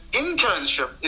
internship